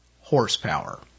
horsepower